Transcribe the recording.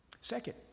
Second